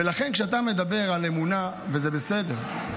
ולכן, כשאתה מדבר על אמונה, וזה בסדר,